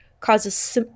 causes